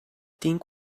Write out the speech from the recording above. tinc